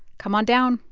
come on down.